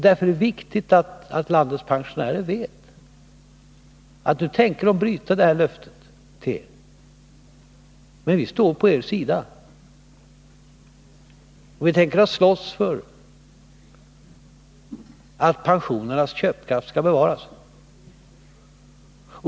Därför är det viktigt att landets pensionärer vet att nu tänker man bryta det här löftet, men vi står på deras sida och vi tänker slåss för att pensionernas köpkraft skall bevaras.